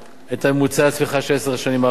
ממוצע הצמיחה של עשר השנים האחרונות,